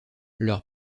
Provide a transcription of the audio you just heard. leur